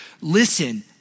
Listen